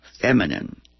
feminine